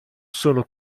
sono